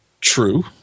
true